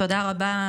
תודה רבה,